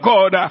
God